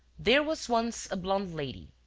there was once a blonde lady,